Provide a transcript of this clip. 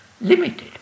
limited